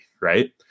Right